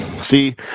See